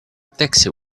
taxi